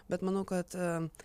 bet manau kad